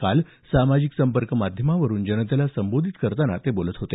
काल सामाजिक संपर्क माध्यमावरुन जनतेला संबोधित करताना ते बोलत होते